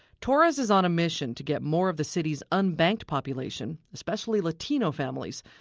torres is on a mission to get more of the city's unbanked population, especially latino families,